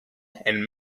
and